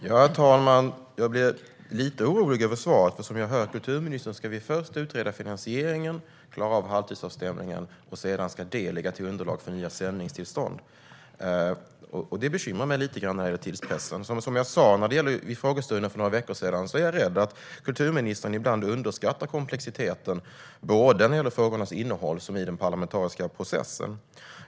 Herr talman! Jag blir lite orolig över svaret. Om jag förstår kulturministern rätt ska vi först utreda finansieringen och klara av halvtidsavstämningen, och sedan ska det ligga till grund för nya sändningstillstånd. Tidspressen bekymrar mig lite grann. Som jag också sa vid frågestunden för några veckor sedan är jag rädd för att kulturministern ibland underskattar komplexiteten i såväl frågornas innehåll som den parlamentariska processen.